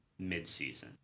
midseason